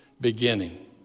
beginning